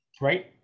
Right